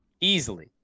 Easily